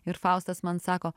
ir faustas man sako